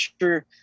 sure